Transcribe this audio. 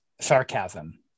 sarcasm